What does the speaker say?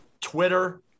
Twitter